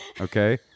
okay